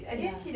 ya